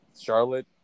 Charlotte